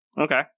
Okay